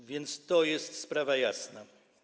A więc to jest sprawa jasna.